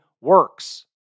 works